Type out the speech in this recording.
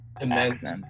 Immense